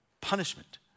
punishment